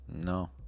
No